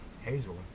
Hazel